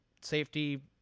safety